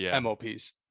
MOPs